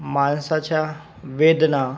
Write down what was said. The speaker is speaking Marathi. माणसाच्या वेदना